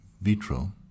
vitro